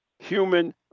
human